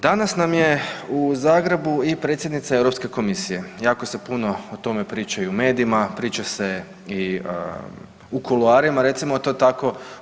Danas nam je u Zagrebu i predsjednica Europske komisije i jako se puno o tome priča i u medijima, priča se i u kuloarima recimo to tako.